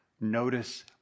Notice